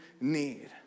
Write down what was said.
need